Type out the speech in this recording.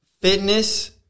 fitness